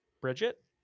Bridget